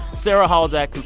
sarah halzack,